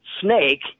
snake